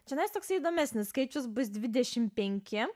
čianais toksai įdomesnis skaičius bus dvidešim penki